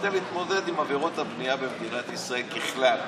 כדי להתמודד עם עבירות הבנייה במדינת ישראל, ככלל.